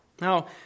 Now